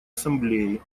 ассамблеи